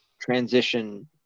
transition